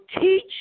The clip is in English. teach